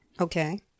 Okay